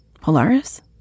Polaris